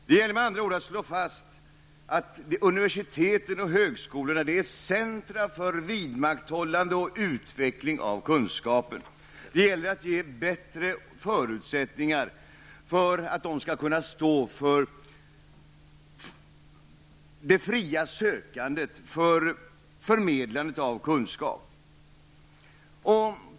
Det gälller med andra ord att slå fast att universitet och högskolor är centra för vidmakthållande och utveckling av kunskapen. Det gäller att ge dem bättre förutsättningar att kunna stå för det fria sökandet av och förmedlandet av kunskap.